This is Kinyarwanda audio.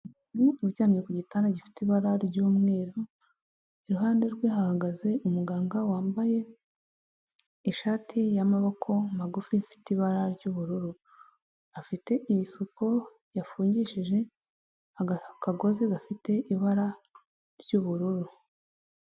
Uryamye ku gitanda gifite ibara ry'umweru iruhande rwe hahagaze umuganga wambaye ishati y'amaboko magufi afite ibara ry'ubururu afite ibisuko yafungishije akagozi gafite ibara ry'ubururu.